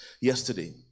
yesterday